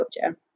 culture